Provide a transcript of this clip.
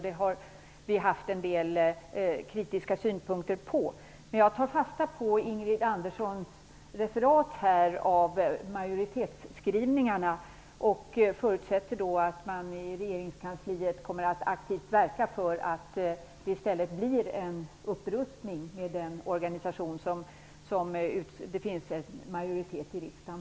Vi har haft en del kritiska synpunkter på det. Jag tar fasta på Ingrid Anderssons referat av majoritetsskrivningarna och förutsätter att man i regeringskansliet kommer att aktivt verka för att det i stället blir en upprustning, med den organisation som det finns en majoritet för i riksdagen.